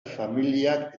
familiak